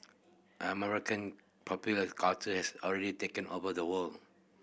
American popular culture has already taken over the world